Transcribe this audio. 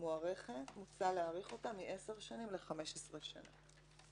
מ-10 ל-15 שנה.